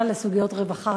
לסוגיות רווחה